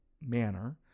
manner